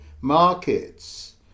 markets